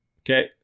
Okay